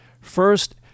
First